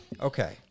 Okay